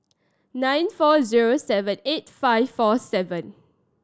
nine four zero seven eight five four seven